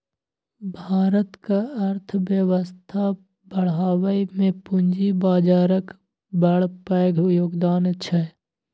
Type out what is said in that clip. भारतक अर्थबेबस्था बढ़ाबइ मे पूंजी बजारक बड़ पैघ योगदान छै